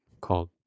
called